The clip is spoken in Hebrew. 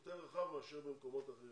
יותר רחב מאשר במקומות אחרים.